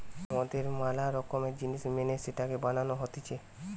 মদের ম্যালা রকম জিনিস মেনে সেটাকে বানানো হতিছে